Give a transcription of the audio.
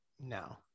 No